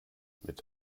mit